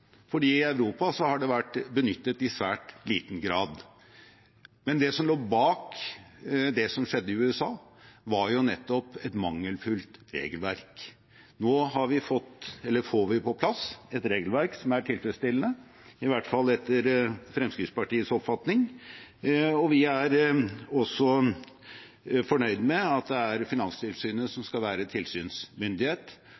i Europa har det vært benyttet i svært liten grad. Men det som lå bak det som skjedde i USA, var jo nettopp et mangelfullt regelverk. Nå får vi på plass et regelverk som er tilfredsstillende, i hvert fall etter Fremskrittspartiets oppfatning. Vi er også fornøyd med at det er Finanstilsynet